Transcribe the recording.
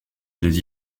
des